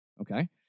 okay